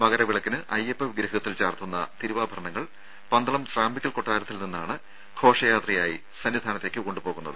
മകരവിളക്കിന് അയ്യപ്പ വിഗ്രഹത്തിൽ ചാർത്തുന്ന തിരുവാഭരണങ്ങൾ പന്തളം സ്രാമ്പിക്കൽ കൊട്ടാരത്തിൽ നിന്നാണ് ഘോഷയാത്രയായി സന്നിധാനത്തേക്ക് കൊണ്ടുപോകുന്നത്